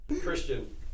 Christian